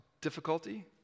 difficulty